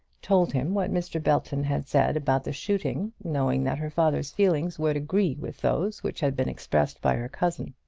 told him what mr. belton had said about the shooting, knowing that her father's feelings would agree with those which had been expressed by her cousin.